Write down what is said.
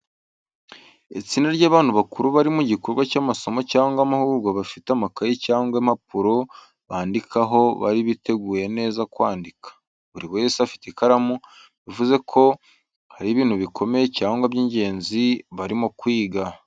Itsinda ry’abantu bakuru bari mu gikorwa cy’amasomo cyangwa amahugurwa bafite amakayi cyangwa impapuro bandikaho bari biteguye neza kwandika, buri wese afite ikaramu, bivuze ko hari ibintu bikomeye cyangwa by’ingenzi barimo kwiga.